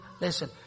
Listen